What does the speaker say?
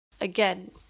Again